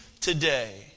today